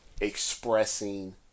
expressing